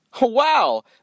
Wow